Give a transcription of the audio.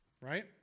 right